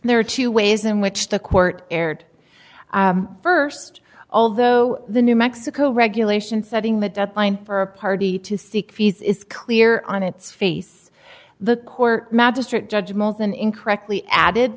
there are two ways in which the court erred first although the new mexico regulation setting the deadline for a party to seek peace is clear on its face the court magistrate judge moulton incorrectly added